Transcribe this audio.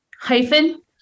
hyphen